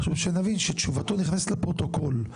חשוב שנבין שתשובתו נכנסת לפרוטוקול.